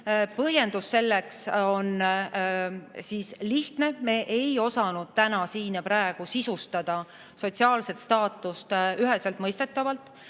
Põhjendus selleks on lihtne: me ei osanud siin ja praegu sisustada sotsiaalset staatust üheselt mõistetavalt.